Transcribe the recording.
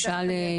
הוא שאל.